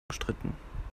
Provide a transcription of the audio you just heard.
umstritten